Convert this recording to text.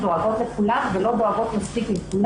דואגות לכולם ולא דואגות מספיק לעצמן